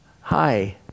Hi